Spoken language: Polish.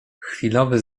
chwilowy